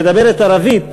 מדברת ערבית,